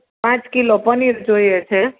પાંચ કિલો પનીર જોઈએ છે